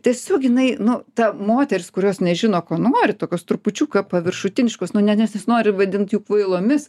tiesiog jinai nu ta moteris kurios nežino ko nori tokios trupučiuką paviršutiniškos nu nes nesinori vadint jų kvailomis